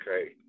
Okay